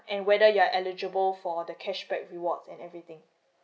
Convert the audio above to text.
and whether you are eligible for the cashback reward and everything